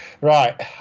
Right